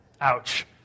Ouch